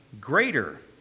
greater